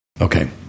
Okay